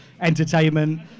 entertainment